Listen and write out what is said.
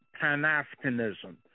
Pan-Africanism